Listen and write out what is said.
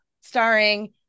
starring